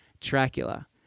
Dracula